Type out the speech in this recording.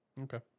Okay